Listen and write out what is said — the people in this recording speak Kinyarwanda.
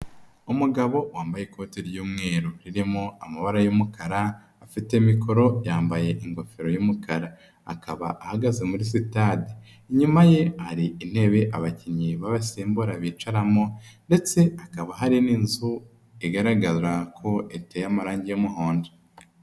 Umugabo wambaye ikote ry'umweru ririmo amabara y'umukara afite mikoro yambaye ingofero y'umukara akaba ahagaze muri sitade, inyuma ye hari intebe abakinnyi b'abasimbura bicaramo ndetse hakaba hari n'inzu igaragara ko iteye amarange y'umuhondo.